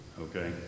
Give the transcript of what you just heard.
Okay